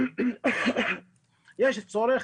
יש צורך